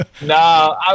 No